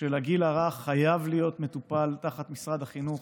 של הגיל הרך חייב להיות מטופל תחת משרד החינוך